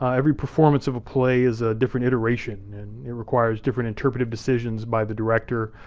every performance of a play is a different iteration and it requires different interpretive decisions by the director,